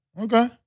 Okay